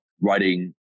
writing